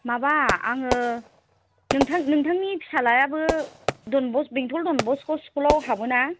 माबा आङो नोंथां नोंथांनि फिसालायाबो डन बस्क बेंथल डनबस्क' स्कुलआव हाबोना